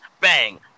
Bang